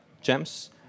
gems